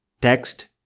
Text